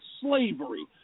slavery